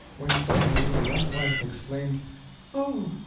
when suddenly the young wife exclaimed oh,